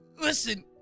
listen